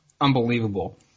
unbelievable